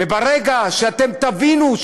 וברגע שאתם תבינו,